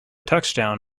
touchdown